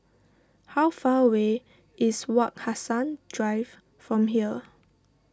how far away is Wak Hassan Drive from here